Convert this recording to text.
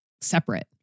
separate